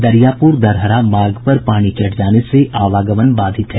दरियापुर दरहरा मार्ग पर पानी चढ़ जाने से आवागमन बाधित है